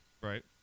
Right